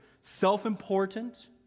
self-important